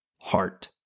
heart